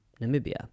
namibia